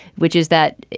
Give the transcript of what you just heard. which is that,